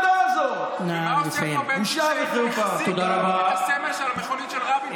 שהגיע לסמל של המכונית של רבין?